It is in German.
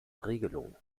regelung